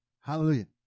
Hallelujah